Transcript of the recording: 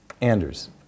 Anders